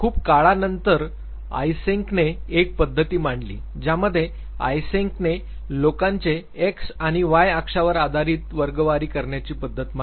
खुप काळानंतर आयसेंकने एक पद्धती मांडली ज्यामध्ये आयसेंकने लोकांचे एक्स आणि वाय अक्षावर आधारित वर्गवारी करण्याची पद्धत मांडली